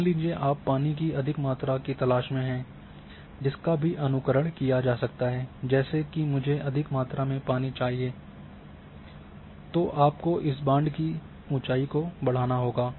मान लीजिए कि आप पानी की अधिक मात्रा की तलाश में हैं जिसका भी अनुकरण किया जा सकता है जैसे कि मुझे अधिक मात्रा में पानी चाहिए तो आपको इस बांध की ऊँचाई को बढ़ाना होगा